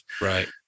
Right